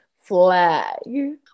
flag